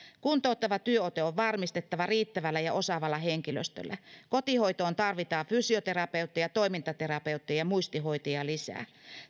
kuntouttava työote on varmistettava riittävällä ja osaavalla henkilöstöllä kotihoitoon tarvitaan fysioterapeutteja toimintaterapeutteja ja muistihoitajia lisää